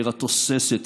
העיר התוססת,